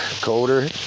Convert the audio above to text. colder